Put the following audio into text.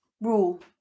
rule